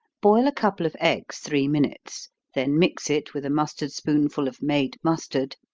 boil a couple of eggs three minutes then mix it with a mustard spoonful of made mustard,